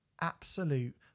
absolute